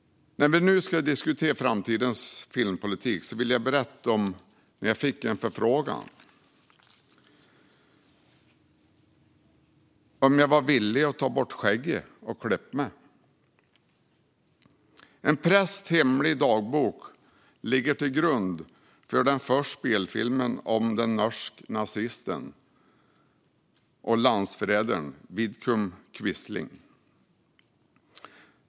När vi nu ska diskutera framtidens filmpolitik vill jag berätta om när jag fick en förfrågan om jag var villig att ta bort skägget och klippa mig. En prästs hemliga dagbok ligger till grund för den första spelfilmen om den norske nazisten och landsförrädaren Vidkun Quisling.